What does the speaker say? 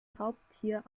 raubtier